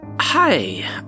Hi